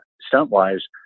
stunt-wise